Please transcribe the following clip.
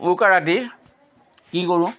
উৰুকা ৰাতি কি কৰোঁ